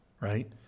right